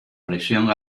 presión